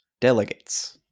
Delegates